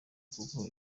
kuko